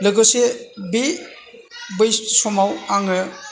लोगोसे बे बै समाव आङो